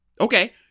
okay